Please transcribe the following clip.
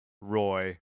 Roy